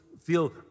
feel